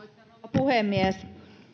puhemies